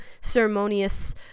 ceremonious